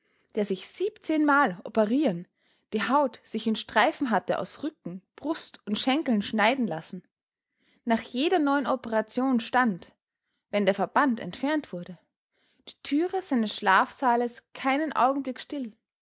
der sich siebzehnmal operieren die haut sich in streifen hatte aus rücken brust und schenkeln schneiden lassen nach jeder neuen operation stand wenn der verband entfernt wurde die türe seines schlafsaales keinen augenblick still